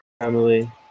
Family